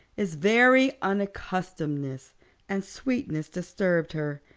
its very unaccustomedness and sweetness disturbed her.